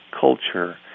culture